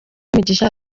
umugisha